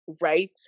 Right